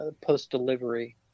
post-delivery